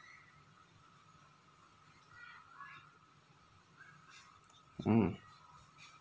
mm